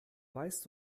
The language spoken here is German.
weißt